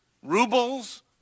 Rubles